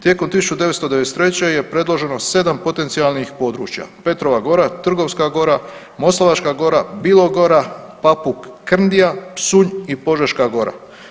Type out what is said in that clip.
Tijekom 1993. je predloženo sedam potencijalnih područja Petrova gora, Trgovska gora, Moslavačka gora, Bilogora, Papuk, Krndija, Psunj i Požeška gora.